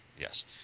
Yes